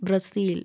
Brazil